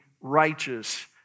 righteous